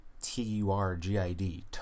T-U-R-G-I-D